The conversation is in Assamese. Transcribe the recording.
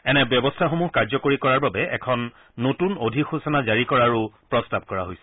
এনে ব্যৱস্থাসমূহ কাৰ্যকৰী কৰাৰ বাবে এখন নতুন অধিসূচনা জাৰি কৰাৰো প্ৰস্তাৱ কৰা হৈছে